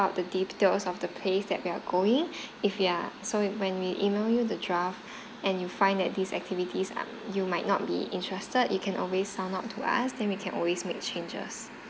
up the details of the place that we are going if you are so when we email you the draft and you find that these activities are you might not be interested you can always sound out to us then we can always make changes